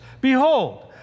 Behold